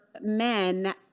men